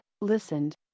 listened